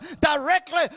directly